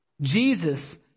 Jesus